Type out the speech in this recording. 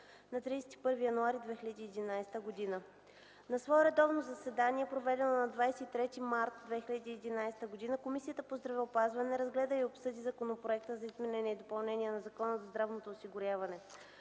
на 31 януари 2011 г. На свое редовно заседание, проведено на 23 март 2011 г., Комисията по здравеопазването разгледа и обсъди Законопроект за изменение и допълнение на Закона за здравното осигуряване.